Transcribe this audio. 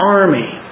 army